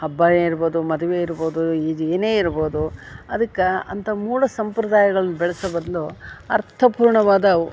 ಹಬ್ಬಯೇ ಇರ್ಬೋದು ಮದುವೆ ಇರ್ಬೋದು ಇದು ಏನೇ ಇರ್ಬೋದು ಅದಕ್ಕೆ ಅಂತ ಮೂಢ ಸಂಪ್ರದಾಯಗಳನ್ನ ಬೆಳ್ಸೊ ಬದಲು ಅರ್ಥಪೂರ್ಣವಾದವು